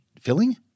filling